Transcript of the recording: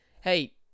hey